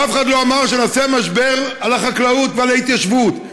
ואף אחד לא אמר שנעשה משבר על החקלאות ועל ההתיישבות.